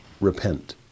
Repent